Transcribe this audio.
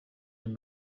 muri